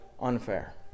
unfair